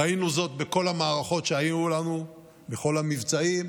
ראינו זאת בכל המערכות שהיו לנו, בכל המבצעים,